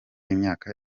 imyaka